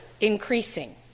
increasing